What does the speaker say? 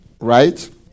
right